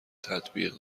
تطبیق